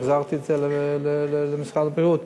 החזרתי את זה למשרד הבריאות,